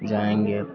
जाएँगे अब